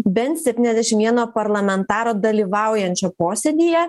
bent septyniasdešim vieno parlamentaro dalyvaujančio posėdyje